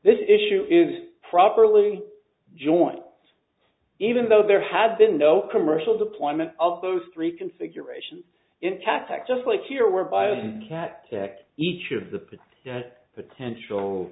this issue is properly joined even though there had been no commercial deployment of those three configurations intact just like here where bio cat to act each of the potential